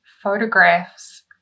photographs